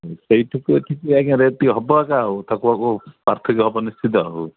ସେଇଠୁ ତ ଏଠିକି ଆଜ୍ଞା ରେଟ୍ ଟିକିଏ ହେବ ଏକା ଆଉ ତାକୁ ଆକୁ ପାର୍ଥିକ୍ୟ ହେବ ନିଶ୍ଚିିତ ଆଉ